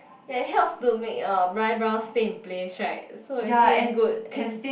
ya it helps to make your eyebrows stay in place right so I think it's good and